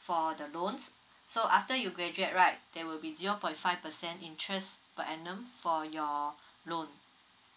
for the loans so after you graduate right there will be zero point five percent interest per annum for your loan